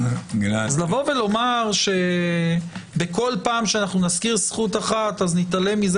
אז לומר שבכל פעם שנזכיר זכות אחת אז נתעלם מזה